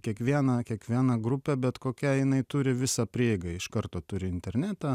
kiekviena kiekviena grupė bet kokia jinai turi visą prieigą iš karto turi internetą